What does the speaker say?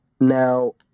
now